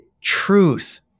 Truth